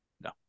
no